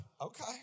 okay